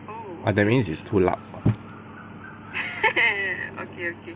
ah that means it's too loud